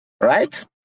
right